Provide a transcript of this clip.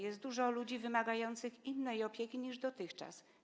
Jest dużo ludzi wymagających innego rodzaju opieki niż dotychczas.